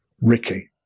Ricky